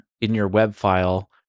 in-your-web-file